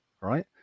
right